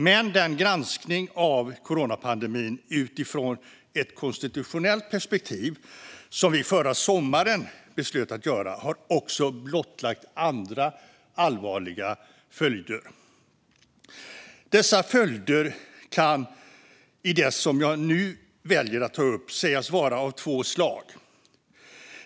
Men den granskning av coronapandemin utifrån ett konstitutionellt perspektiv som vi förra sommaren beslöt att göra har också blottlagt andra allvarliga följder. Dessa följder kan i det som jag nu väljer att ta upp sägas vara av två slag.